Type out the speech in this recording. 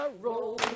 roll